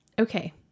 Okay